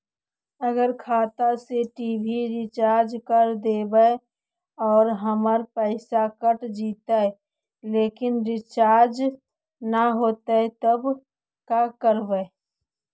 अगर खाता से टी.वी रिचार्ज कर देबै और हमर पैसा कट जितै लेकिन रिचार्ज न होतै तब का करबइ?